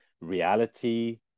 reality